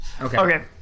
Okay